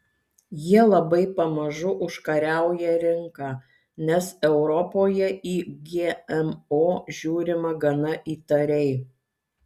jie labai pamažu užkariauja rinką nes europoje į gmo žiūrima gana įtariai